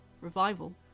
revival